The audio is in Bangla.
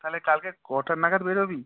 তাহলে কালকে কটা নাগাদ বেরবি